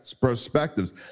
perspectives